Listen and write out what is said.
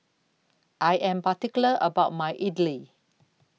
I Am particular about My Idly